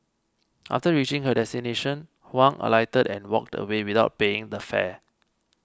after reaching her destination Huang alighted and walked away without paying the fare